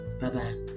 bye-bye